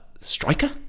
striker